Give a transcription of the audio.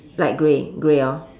light grey grey hor